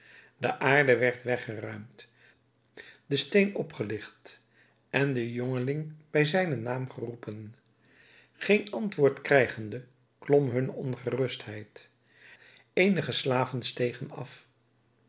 de aarde werd weggeruimd de steen opgeligt en de jongeling bij zijnen naam geroepen geen antwoord krijgende klom hunne ongerustheid eenige slaven stegen af